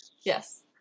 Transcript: Yes